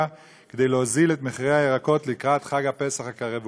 כדי להוזיל את הירקות לקראת חג הפסח הקרב ובא.